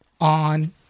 on